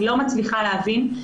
אני לא מצליחה להבין.